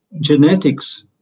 genetics